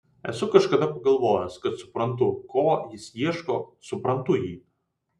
esu kažkada pagalvojęs kad suprantu ko jis ieškojo suprantu jį